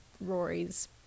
Rory's